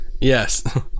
yes